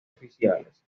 oficiales